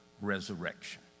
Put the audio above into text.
resurrection